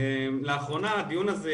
לאחרונה הדיון הזה,